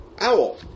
owl